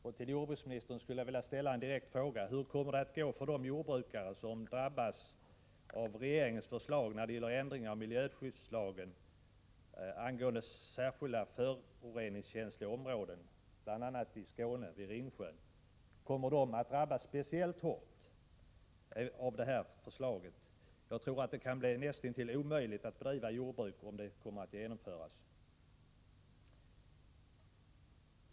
Jag skulle vilja ställa en direkt fråga till jordbruksministern: Hur kommer det att gå för de jordbrukare som drabbas av regeringens förslag när det gäller ändringar i miljöskyddslagen angående särskilda föroreningskänsliga områden, bl.a. i Skåne vid Ringsjön? Kommer de att drabbas speciellt hårt av förslaget? Jag tror att det kan bli nästintill omöjligt att driva jordbruk om förslaget kommer att genomföras.